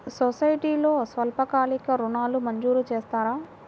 సొసైటీలో స్వల్పకాలిక ఋణాలు మంజూరు చేస్తారా?